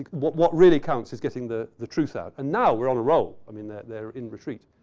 what what really counts is getting the the truth out. and now, we're on a roll. i mean, they're they're in retreat.